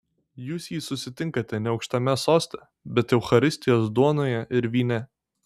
jūs jį susitinkate ne aukštame soste bet eucharistijos duonoje ir vyne